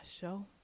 show